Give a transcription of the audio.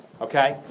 okay